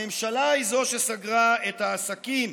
הממשלה היא שסגרה את העסקים,